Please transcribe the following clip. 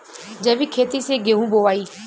जैविक खेती से गेहूँ बोवाई